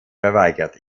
verweigert